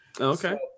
Okay